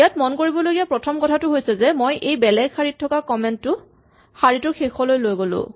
ইয়াত মন কৰিবলগীয়া প্ৰথম কথাটো হৈছে যে মই এই বেলেগ শাৰীত থকা কমেন্ট টো শাৰীটোৰ শেষলৈ লৈ গ'লো